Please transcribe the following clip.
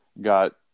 got